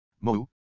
MOU